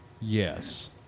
Yes